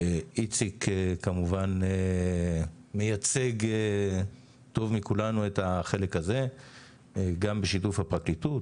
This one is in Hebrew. שאיציק כמובן מייצג טוב מכולנו את החלק הזה גם בשיתוף הפרקליטות,